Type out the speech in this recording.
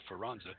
Ferranza